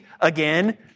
again